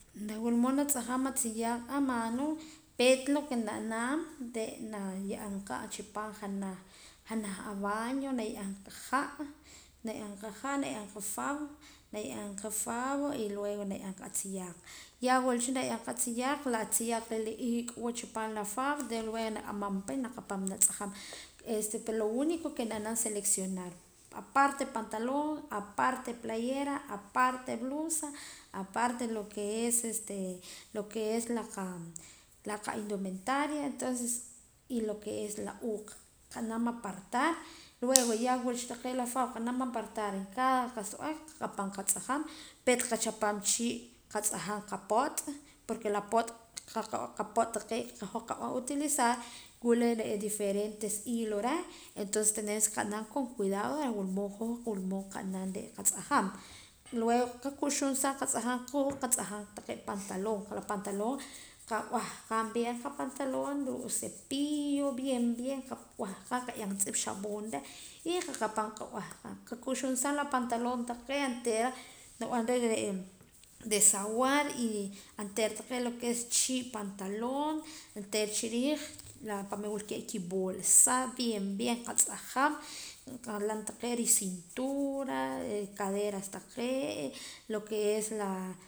Reh wula mood natz'ajam atziyaaq a mano peet lo que na naam re' na ye'eem qa chi paam junaj junaj abaño na ye'eem qa ha' na ye'eem qa fab y luego na ye'eem qa atziyaaq ya wula reh na ye'eem qa a tziyaaq la tziyaaq wula re ri ik'aa luego na k'amaam pa y naqapaam na tz'ajaam este lo unico que na naam seleccionar aparte pantaloon aparte playeraa aparte blusa aparte lo que es este lo que es la qa la qa indumentaria entonces y lo que es la uuq' qanaam apartar luego ya wula cha taqee' la fab cada qa'beh qa qapaam qatz'ajaam peet qachapaam chii' qap'ot qap'ot taqee' qahoj qab'an utilizar wula diferentes hilos reh entonces tenes que nab'anam con cuidado reh wula mood hoj qanaam qatz'ajaam luego qaku'xuum sa qatz'ajaam quuq' qatz'ajaam pantaloon qab'ahqaam bien la pantaloon ruu' cepillo bien bien qab'ahqaa qa ye'eem juntz'ip xapoon reh y qaqapaam qab'ahqaam qaku'xuum sa la pantaloon taqee' oontera nrib'anra desaguar y oontera taqee' lo que es chii' pantaloon oontera chi riij reh pa' re' wula kibolsa bien bien qatz'ajaam ri cintura ri caderas taqee' lo que es la.